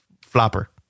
Flopper